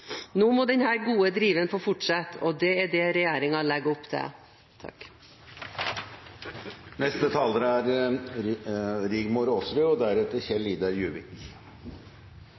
Nå må den gode driven få fortsette, og det er det regjeringen legger opp til. Jernbanestrekningene inn til byene er viktig for folk som bor utenfor byene og